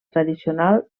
tradicional